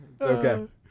Okay